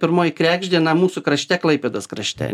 pirmoji kregždė na mūsų krašte klaipėdos krašte